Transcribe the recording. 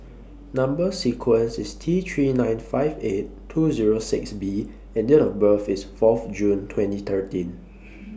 Number sequence IS T three nine five eight two Zero six B and Date of birth IS Fourth June twenty thirteen